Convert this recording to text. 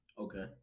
Okay